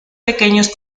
pequeños